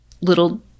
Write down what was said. little –